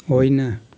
होइन